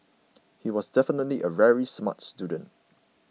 he was definitely a very smart student